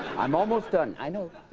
i'm almost done i know